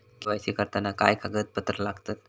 KYC करताना काय कागदपत्रा लागतत?